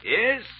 Yes